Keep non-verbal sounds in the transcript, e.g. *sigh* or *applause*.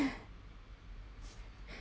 *laughs*